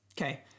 okay